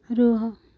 ରୁହ